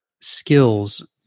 skills